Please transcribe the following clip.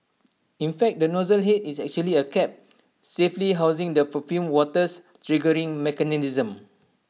in fact the nozzle Head is actually A cap safely housing the perfumed water's triggering mechanism